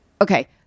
Okay